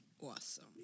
Awesome